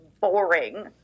boring